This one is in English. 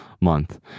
month